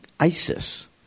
ISIS